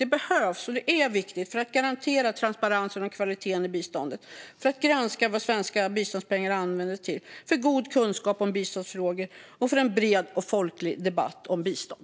Det behövs, och det är viktigt för att garantera transparensen och kvaliteten i biståndet, för att granska vad svenska biståndspengar används till, för god kunskap om biståndsfrågor och för en bred och folklig debatt om bistånd.